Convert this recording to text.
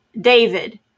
david